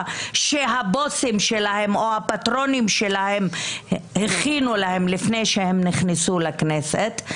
שהבוסים שלהם או הפטרונים שלהם הכינו להם לפני שהם נכנסו לכנסת,